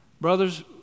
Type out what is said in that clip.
Brothers